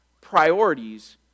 priorities